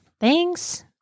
Thanks